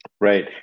Right